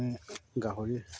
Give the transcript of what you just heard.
গাহৰি